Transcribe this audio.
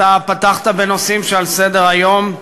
אתה פתחת בנושאים שעל סדר-היום,